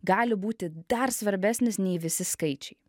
gali būti dar svarbesnis nei visi skaičiai